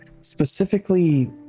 specifically